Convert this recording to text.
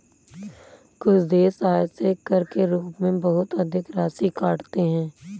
कुछ देश आय से कर के रूप में बहुत अधिक राशि काटते हैं